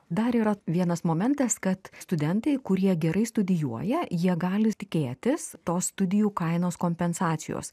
dar yra vienas momentas kad studentai kurie gerai studijuoja jie gali tikėtis tos studijų kainos kompensacijos